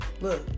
look